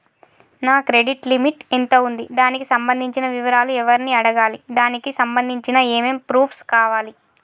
నా credit limit ఎంత ఉంది? దానికి సంబంధించిన వివరాలు ఎవరిని అడగాలి? దానికి సంబంధించిన ఏమేం ప్రూఫ్స్ కావాలి?